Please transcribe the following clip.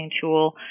tool